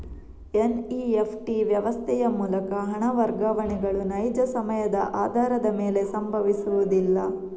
NEFT ವ್ಯವಸ್ಥೆಯ ಮೂಲಕ ಹಣ ವರ್ಗಾವಣೆಗಳು ನೈಜ ಸಮಯದ ಆಧಾರದ ಮೇಲೆ ಸಂಭವಿಸುವುದಿಲ್ಲ